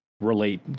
relate